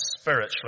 spiritually